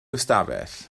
ystafell